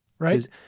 Right